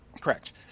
Correct